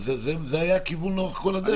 זה היה הכיוון לאורך כל הדרך.